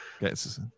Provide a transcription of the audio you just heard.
Yes